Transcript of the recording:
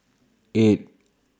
eight